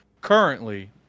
currently